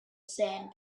sand